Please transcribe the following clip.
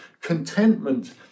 contentment